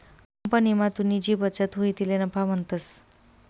कंपनीमा तुनी जी बचत हुई तिले नफा म्हणतंस